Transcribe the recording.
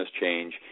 change